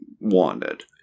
wanted